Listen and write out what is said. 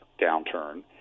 downturn